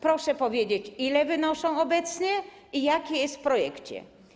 Proszę powiedzieć, ile wynoszą obecnie i jak jest w projekcie.